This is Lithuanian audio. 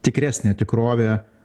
tikresnė tikrovė